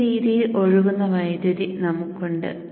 ഈ രീതിയിൽ ഒഴുകുന്ന വൈദ്യുതി നമുക്കുണ്ട്